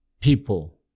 people